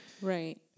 Right